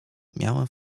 miałem